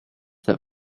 that